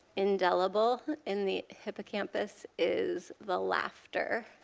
indelible in the hippocampus is the laughter.